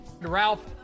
Ralph